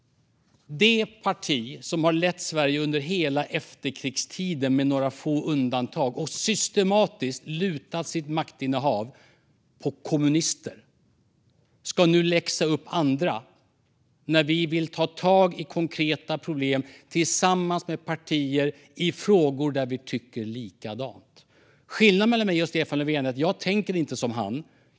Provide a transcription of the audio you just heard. Det parti som har lett Sverige under hela efterkrigstiden, med några få undantag, och systematiskt lutat sitt maktinnehav på kommunister ska nu läxa upp andra när vi vill ta tag i konkreta problem tillsammans med partier i frågor där vi tycker likadant. Skillnaden mellan mig och Stefan Löfven är att jag inte tänker som han.